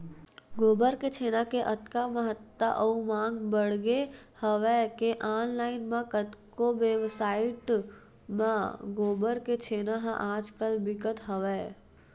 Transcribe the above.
गोबर के छेना के अतका महत्ता अउ मांग बड़गे हवय के ऑनलाइन म कतको वेबसाइड म गोबर के छेना ह आज कल बिकत हवय